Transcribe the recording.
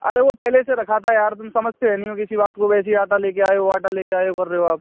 अरे वह पहले से रखा था यार तुम समझते है नहीं हो किसी बात को वैसे ही आडा लेकर आए हो आडर लेकर आए हो कर रहे हो आप